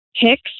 Picks